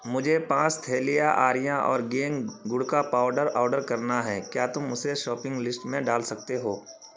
مجھے پانچ تھیلیاں آریہ اورگینگ گڑ کا پاؤڈر آڈر کرنا ہے کیا تم اسے شاپنگ لسٹ میں ڈال سکتے ہو